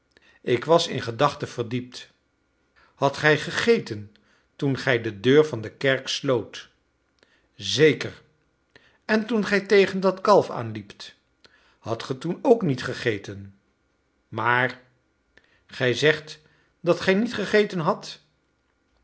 ik was in gedachten verdiept hadt gij gegeten toen gij de deur van de kerk sloot zeker en toen gij tegen dat kalf aanliept hadt ge toen ook niet gegeten maar gij zegt dat gij niet gegeten hadt